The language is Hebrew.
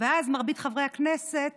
ואז מרבית חברי הכנסת